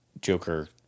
Joker